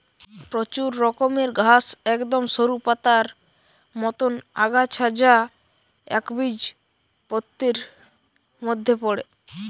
প্রচুর রকমের ঘাস একদম সরু পাতার মতন আগাছা যা একবীজপত্রীর মধ্যে পড়ে